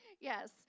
Yes